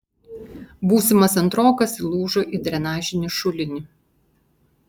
būsimas antrokas įlūžo į drenažinį šulinį